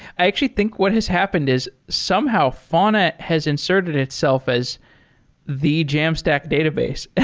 i actually think what has happened is somehow fauna has inserted itself as the jamstack database.